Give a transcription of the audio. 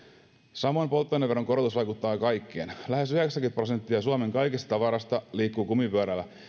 samoin polttoaineveron korotus vaikuttaa kaikkeen lähes yhdeksänkymmentä prosenttia suomen kaikesta tavarasta liikkuu kumipyörillä